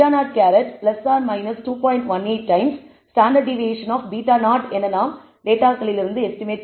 18 times standard deviation of β0 என நாம் டேட்டாகளிலிருந்து எஸ்டிமேட் செய்யலாம்